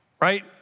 right